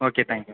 okay thank you